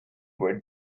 where